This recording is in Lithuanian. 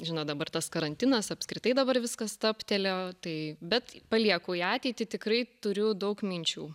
žinot dabar tas karantinas apskritai dabar viskas stabtelėjo tai bet palieku į ateitį tikrai turiu daug minčių